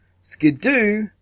Skidoo